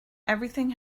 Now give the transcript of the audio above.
everything